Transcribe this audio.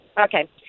Okay